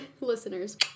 listeners